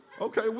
Okay